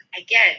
again